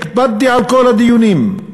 הקפדתי על כל הדיונים,